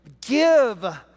give